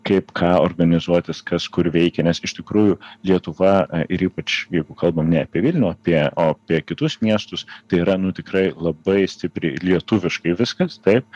kaip ką organizuotis kas kur veikia nes iš tikrųjų lietuva ir ypač jeigu kalbam ne apie vilnių o apie o apie kitus miestus tai yra nu tikrai labai stipriai lietuviškai viskas taip